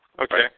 Okay